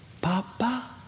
Papa